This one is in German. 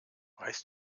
weißt